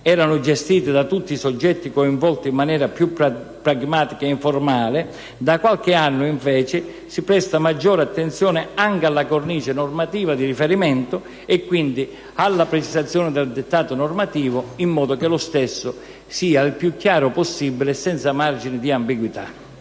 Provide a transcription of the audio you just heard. erano gestiti da tutti i soggetti coinvolti in maniera più pragmatica e informale, da qualche anno si presta maggiore attenzione anche alla cornice normativa di riferimento e, quindi, alla precisione del dettato normativo, in modo che lo stesso sia il più chiaro possibile e senza margini di ambiguità.